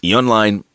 online